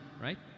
right